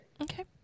Okay